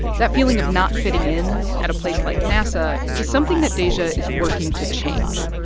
that feeling of not fitting in at a place like nasa is something that dajae is working to change.